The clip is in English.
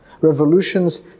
Revolutions